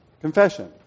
Confession